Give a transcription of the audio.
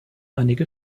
einige